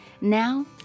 Now